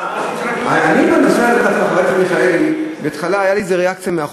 תלוי כל כמה זמן יהיו בחירות.